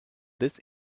this